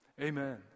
Amen